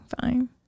fine